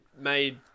made